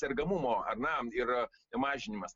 sergamumo ar ne ir mažinimas